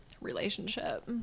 relationship